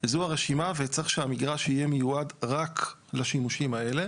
זו הרשימה וצריך שהמגרש יהיה מיועד רק לשימושים האלה.